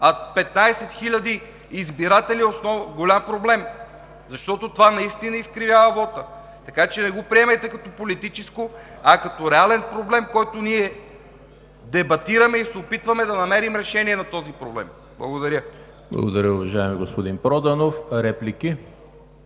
хиляди избиратели е голям проблем, защото това наистина изкривява вота. Така че не го приемайте като политически, а като реален проблем, който дебатираме и се опитваме да намерим решение на него. Благодаря. ПРЕДСЕДАТЕЛ ЕМИЛ ХРИСТОВ: Благодаря, уважаеми господин Проданов. Реплики?